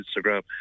Instagram